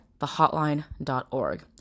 thehotline.org